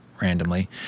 randomly